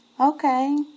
Okay